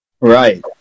Right